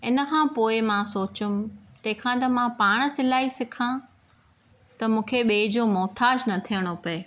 इन खां पोइ मां सोचियमि तंहिंखां त मां पाण सिलाई सिखां त मूंखे ॿिए जो मोथाजु न थियणो पए